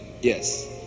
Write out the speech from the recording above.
Yes